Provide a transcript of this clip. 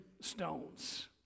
stones